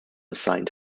assigned